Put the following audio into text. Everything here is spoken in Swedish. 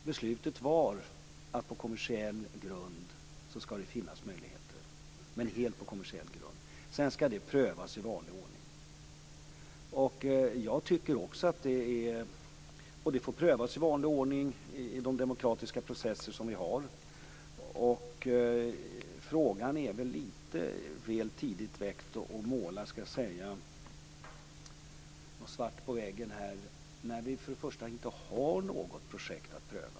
Beslutet var att det skall finnas möjligheter på kommersiell grund. Sedan skall beslutet prövas i vanlig ordning i de demokratiska processer som finns. Det är väl lite väl tidigt att måla svart på väggen. Först och främst finns det inte något projekt att pröva.